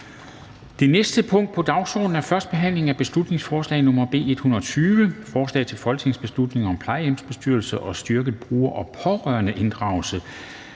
Det næste punkt på dagsordenen er: 13) 1. behandling af beslutningsforslag nr. B 120: Forslag til folketingsbeslutning om plejehjemsbestyrelser og styrket bruger- og pårørendeinddragelse.